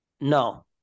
No